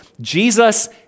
Jesus